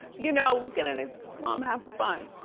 you know, looking at his mom have fun.